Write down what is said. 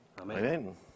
amen